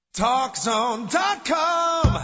TalkZone.com